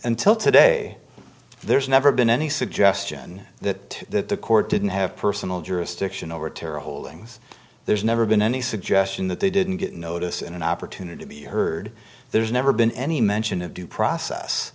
until today there's never been any suggestion that the court didn't have personal jurisdiction over terra holdings there's never been any suggestion that they didn't get a notice and an opportunity to be heard there's never been any mention of due process